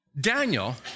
Daniel